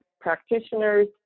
practitioners